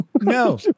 No